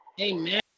Amen